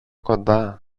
κοντά